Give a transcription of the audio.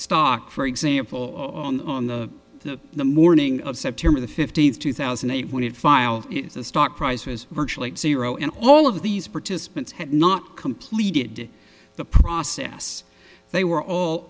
stock for example on the the the morning september the fifteenth two thousand and eight when it filed the stock price was virtually zero and all of these participants had not completed the process they were all